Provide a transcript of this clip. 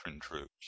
troops